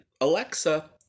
Alexa